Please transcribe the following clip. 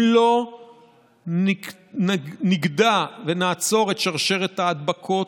אם לא נגדע ונעצור את שרשרת ההדבקות,